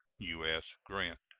u s. grant.